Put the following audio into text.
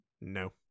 No